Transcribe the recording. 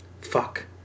fuck